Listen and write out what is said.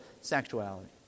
sexuality